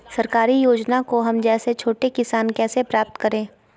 सरकारी योजना को हम जैसे छोटे किसान कैसे प्राप्त करें?